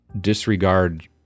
disregard